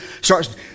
starts